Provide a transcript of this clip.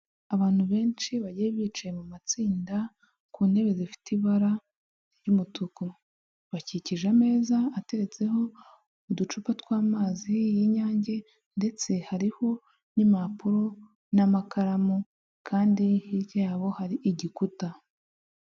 Abantu benshi bagiye bicaye mu matsinda ku ntebe zifite ibara ry'umutuku, bakikije ameza ateretseho uducupa tw'amazi y'Inyange ndetse hariho n'impapuro n'amakaramu kandi hirya yabo hari igikuta.